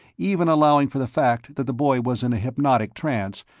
even allowing for the fact that the boy was in a hypnotic trance,